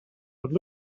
would